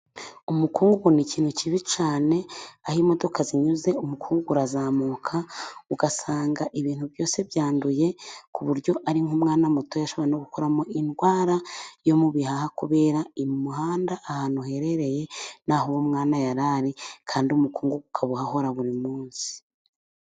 Umukungugu ni ikintu kibi cyane, aho imodoka zinyuze umukungu urazamuka, ugasanga ibintu byose byanduye, ku buryo ari nk'umwana muto ashobora no gukoramo indwara yo mu bihaha kubera umuhanda ahantu uherereye n'aho uwo mwana yari ari, kandi umukungugu ukaba uhahora buri munsi.